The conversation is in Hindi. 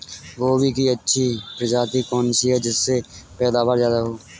गोभी की अच्छी प्रजाति कौन सी है जिससे पैदावार ज्यादा हो?